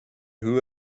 who